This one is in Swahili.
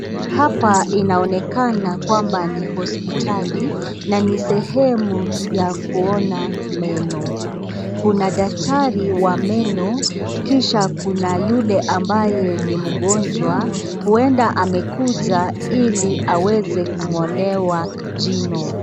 Hapa inaonekana kwamba ni hospitali, na ni sehemu ya kuona meno. Kuna daktari wa meno, kisha kuna yule ambaye ni mgonjwa uenda amekuja iliaweze kungolewa jino.